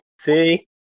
See